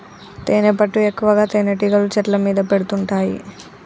తేనెపట్టు ఎక్కువగా తేనెటీగలు చెట్ల మీద పెడుతుంటాయి